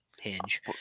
hinge